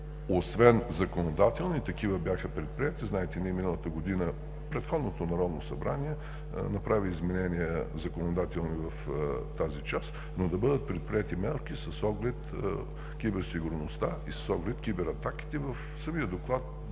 освен законодателни и такива бяха предприети. Знаете, ние миналата година, предходното Народно събрание, направихме законодателни изменения в тази част, но да бъдат предприети мерки с оглед киберсигурността и с оглед кибератаките. В самия доклад